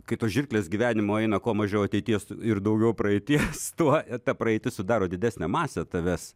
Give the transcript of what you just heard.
kai tos žirklės gyvenimo eina kuo mažiau ateities ir daugiau praeities tuo ta praeitis sudaro didesnę masę tavęs